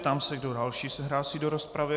Ptám se, kdo další se hlásí do rozpravy.